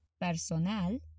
Personal